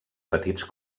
petits